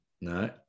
No